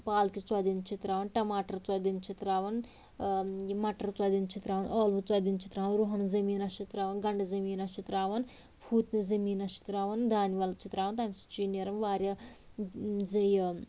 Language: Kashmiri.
پالکہِ ژۄدٮ۪ن چھِ ترٛاوان ٹماٹر ژودٮ۪ن چھِ ترٛاوان یہِ مٹر ژۄدٮ۪ن چھِ ترٛاوان ٲلوٕ ژۄدٮ۪ن چھِ ترٛاوان روٗہن زٔمیٖنَس چھِ ترٛاوان گنٛڈٕ زٔمیٖنس چھِ ترٛاوان فوٗتنہِ زٔمیٖنس چھِ ترٛاوان دانہِ وَل چھِ ترٛاوان تَمہِ سۭتۍ چھُ یہِ نیران وارِیاہ زِ یہِ